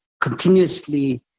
continuously